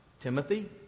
Timothy